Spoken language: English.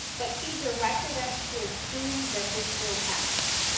but he directed us to assume that this will pass.